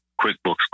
QuickBooks